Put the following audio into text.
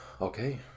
okay